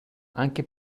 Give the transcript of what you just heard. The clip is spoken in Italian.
anche